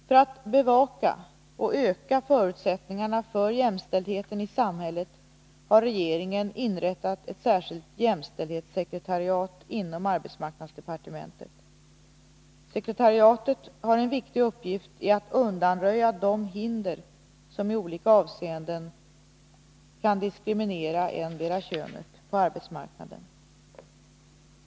För att bevaka och öka förutsättningarna för jämställdheten i samhället har regeringen inrättat ett särskilt jämställdhetssekretariat inom arbetsmarknadsdepartementet. Sekretariatet har en viktig uppgift i att undanröja de hinder som i olika avseenden kan diskriminera endera könet på arbetsmarknaden.